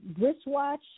wristwatch